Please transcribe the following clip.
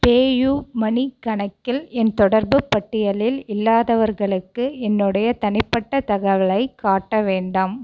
PayUmoney கணக்கில் என் தொடர்புப் பட்டியலில் இல்லாதவர்களுக்கு என்னுடைய தனிப்பட்ட தகவலைக் காட்ட வேண்டாம்